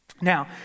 Now